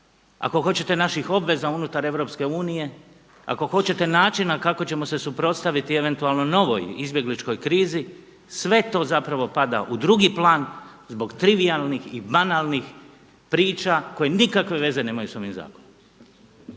ako hoćete naših obveza unutar EU, ako hoćete načina kako ćemo se suprotstaviti eventualno novoj izbjegličkoj krizi, sve to zapravo pada u drugi plan zbog trivijalnih i banalnih priča koje nikakve veze nemaju s ovim zakonom.